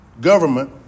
government